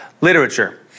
literature